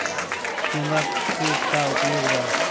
चोंगा के का उपयोग बा?